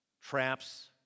traps